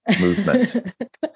movement